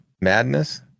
Madness